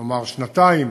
נאמר, שנתיים,